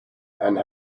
and